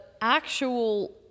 actual